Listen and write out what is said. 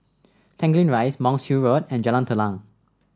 Tanglin Rise Monk's Hill Road and Jalan Telang